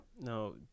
no